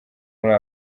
muri